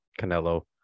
Canelo